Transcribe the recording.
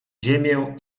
ziemię